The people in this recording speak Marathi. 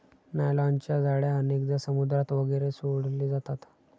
नायलॉनच्या जाळ्या अनेकदा समुद्रात वगैरे सोडले जातात